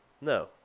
No